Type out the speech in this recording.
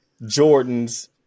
Jordans